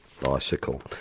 bicycle